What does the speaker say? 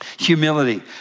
Humility